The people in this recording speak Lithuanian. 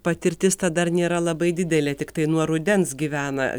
patirtis dar nėra labai didelė tiktai nuo rudens gyvena